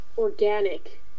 organic